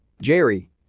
Jerry